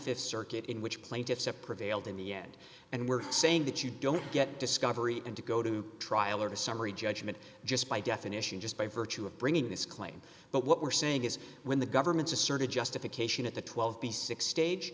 the th circuit in which plaintiffs have prevailed in the end and were saying that you don't get discovery and to go to trial or to summary judgment just by definition just by virtue of bringing this claim but what we're saying is when the government's asserted justification at the twelve b six stage